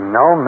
no